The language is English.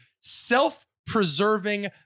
self-preserving